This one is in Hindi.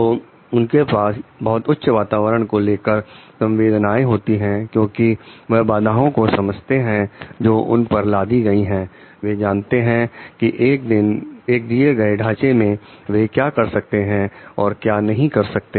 तो उनके पास बहुत उच्च वातावरण को लेकर संवेदनाएं होती हैं क्योंकि वह बाधाओं को समझते हैं जो उन पर लादी गई हैं वे जानते हैं कि एक दिए गए ढांचे में वे क्या कर सकते हैं और क्या नहीं कर सकते